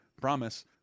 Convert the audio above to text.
promise